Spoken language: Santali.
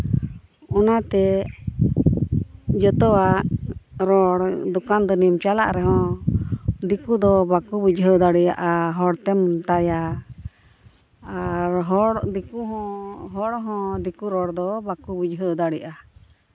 ᱚᱱᱟᱛᱮ ᱡᱚᱛᱚᱣᱟᱜ ᱨᱚᱲ ᱫᱚᱠᱟᱱ ᱫᱟᱱᱤᱢ ᱪᱟᱞᱟᱜ ᱨᱮᱦᱚᱸ ᱫᱤᱠᱩ ᱫᱚ ᱵᱟᱠᱚ ᱵᱩᱡᱷᱟᱹᱣ ᱫᱟᱲᱮᱭᱟᱜᱼᱟ ᱦᱚᱲ ᱛᱮᱢ ᱢᱮᱛᱟᱭᱟ ᱟᱨ ᱦᱚᱲ ᱫᱤᱠᱩ ᱦᱚᱸ ᱦᱚᱲ ᱦᱚᱸ ᱫᱤᱠᱩ ᱨᱚᱲ ᱫᱚ ᱵᱟᱠᱚ ᱵᱩᱡᱷᱟᱹᱣ ᱫᱟᱲᱮᱜᱼᱟ